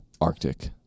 Arctic